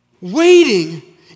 Waiting